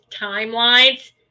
timelines